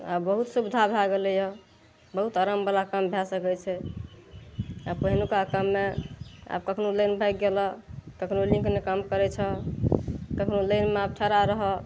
आब बहुत सुबिधा भए गेलै यऽ बहुत आराम बला काम भए सकै छै आ पहिलुका काममे आब कखनो लाइन भागि गेलऽ ककरो लिंक नहि काम करै छऽ ककरो लाइनमे आब ठढ़ा रहऽ